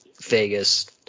Vegas